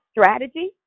strategy